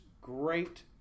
great